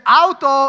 auto